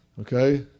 okay